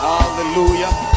Hallelujah